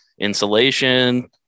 insulation